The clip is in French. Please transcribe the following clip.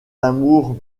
d’amour